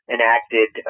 Enacted